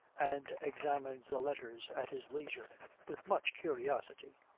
and examines the letters at his leisure with much curiosity.